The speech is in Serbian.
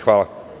Hvala.